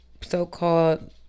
so-called